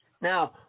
Now